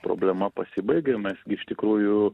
problema pasibaigė mes gi iš tikrųjų